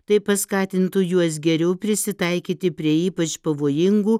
tai paskatintų juos geriau prisitaikyti prie ypač pavojingų